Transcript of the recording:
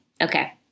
Okay